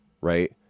right